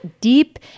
deep